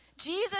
Jesus